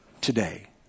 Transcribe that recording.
today